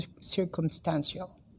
circumstantial